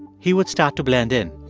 he would start to blend in.